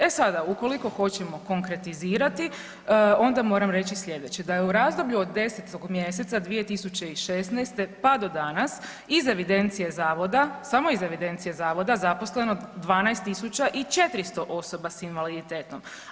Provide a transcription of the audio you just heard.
E sada ukoliko hoćemo konkretizirati onda moram reći sljedeće, da je u razdoblju od 10. mjeseca 2016. pa do danas iz evidencije zavoda, samo iz evidencije zavoda zaposleno 12.400 osoba sa invaliditetom.